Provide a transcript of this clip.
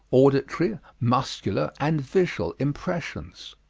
auditory, muscular and visual impressions.